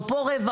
או פה רבע,